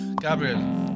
Gabriel